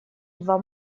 два